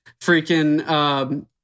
freaking